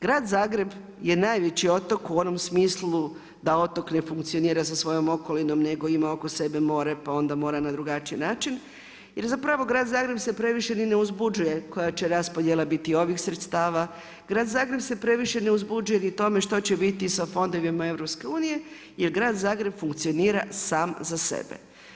Grad Zagreb je najveći otok u onom smislu da otok ne funkcionira sa svojom okolinom nego ima oko sebe more pa onda mora na drugačiji način jer zapravo grad Zagreb se previše ni ne uzbuđuje koja će raspodjela biti ovih sredstava, grad Zagreb se previše ne uzbuđuje ni o tome što će biti sa fondovima Europske unije jer grad Zagreb funkcionira sam za sebe.